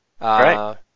Right